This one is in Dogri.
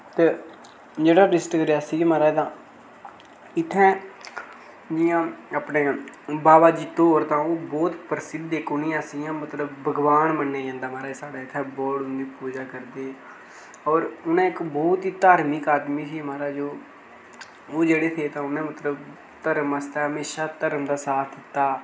ते जेह्ड़ा डिस्टिक रियासी ऐ महाराज तां इत्थें जियां अपने बाबा जित्तो होर तां ओह् बौह्त प्रसिद्ध इक उ'नेंगी अस इयां मतलब उ'नेंगी इक भगवान मन्नेआ जंदा ऐ साढ़े इत्थे बौह्त उं'दी पूजा करदे होर उ'नें इक बौह्त ही धार्मक आदमी हे महाराज ओह् ओह् जेह्ड़े हे तां उ'नें मतलब धर्म आस्तै हमेशा धर्म दा साथ दित्ता